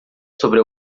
sobre